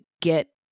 get